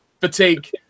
Fatigue